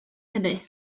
hynny